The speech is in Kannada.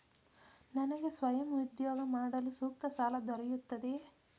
ನನಗೆ ಸ್ವಯಂ ಉದ್ಯೋಗ ಮಾಡಲು ಸೂಕ್ತ ಸಾಲ ದೊರೆಯುತ್ತದೆಯೇ?